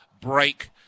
break